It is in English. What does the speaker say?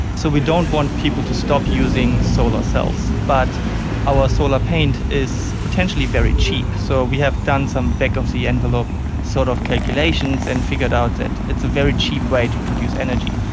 so we don't want people to stop using solar cells. but our solar paint is potentially very cheap, cheap, so we have done some back-of-the-envelope sort of calculations and figured out that it's a very cheap way to produce energy.